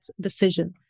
decision